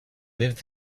lived